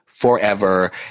forever